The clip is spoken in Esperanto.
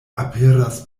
aperas